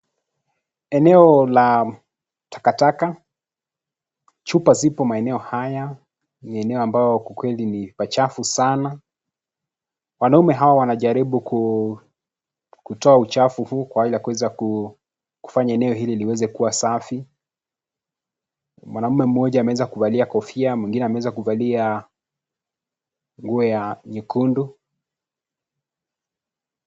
Eneo la takataka. Chupa zipo maeneo haya. Ni eneo ambalo kwa kweli ni pachafu sana. Wanaume hawa wanajaribu kutoa uchafu huu, kwa ajili ya kuweza kufanya eneo hilo liweze kuwa safi. Mwanamume mmoja ameweza kuvalia kofia, mwingine ameweza kuvalia nguo nyekundu.